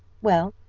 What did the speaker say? well,